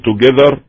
together